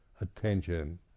attention